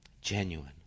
genuine